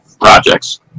projects